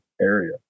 area